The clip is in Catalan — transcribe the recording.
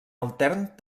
altern